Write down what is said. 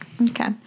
Okay